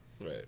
Right